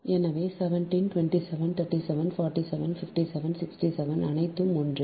எனவே 17 27 37 47 57 67 அனைத்தும் ஒன்றே